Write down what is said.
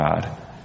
God